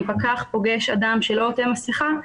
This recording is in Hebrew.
אם פקח פוגש אדם שלא עוטה מסכה,